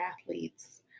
athletes